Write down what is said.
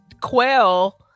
quell